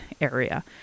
area